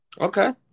Okay